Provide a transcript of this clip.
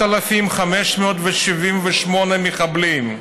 7,578 מחבלים,